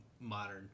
modern